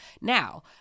Now